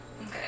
Okay